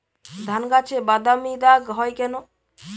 ধানগাছে বাদামী দাগ হয় কেন?